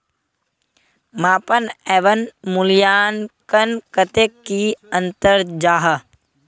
मापन एवं मूल्यांकन कतेक की अंतर जाहा?